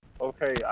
Okay